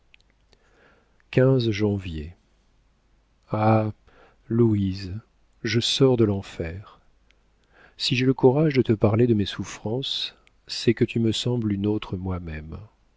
janvier ah louise je sors de l'enfer si j'ai le courage de te parler de mes souffrances c'est que tu me sembles une autre moi-même